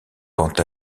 quant